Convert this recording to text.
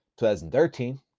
2013